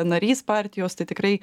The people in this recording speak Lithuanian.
narys partijos tai tikrai